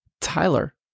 Tyler